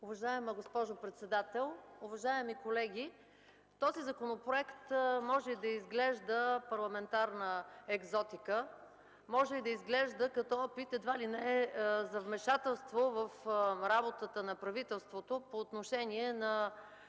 Уважаема госпожо председател, уважаеми колеги! Този законопроект може да изглежда като парламентарна екзотика, може да изглежда едва ли не като опит за вмешателство в работата на правителството по отношение на